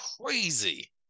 crazy